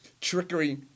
trickery